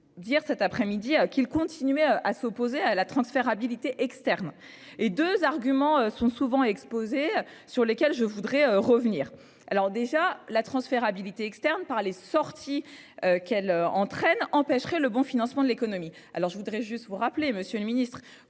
dire cet après-midi à qu'il continuait à s'opposer à la transférabilité externes et 2 arguments sont souvent exposés sur lesquels je voudrais revenir. Alors déjà la transférabilité externe par les sorties qu'elle entraîne empêcherait le bon financement de l'économie. Alors je voudrais juste vous rappeler, Monsieur le Ministre